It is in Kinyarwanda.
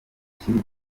ushyira